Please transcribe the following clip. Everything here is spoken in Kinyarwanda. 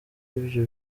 ibyo